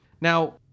now